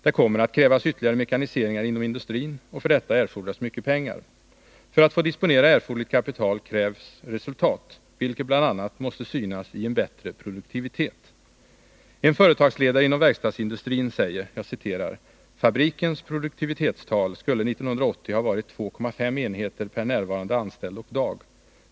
Det kommer att krävas ytterligare mekaniseringar inom industrin, och för detta erfordras mycket pengar. För att få disponera erforderligt kapital krävs resultat, vilket bl.a. måste synas i en bättre produktivitet. En företagsledare inom verkstadsindustrin säger: ”Fabrikens produktivitetstal skulle 1980 ha varit 2,5 enheter per närvarande anställd och dag.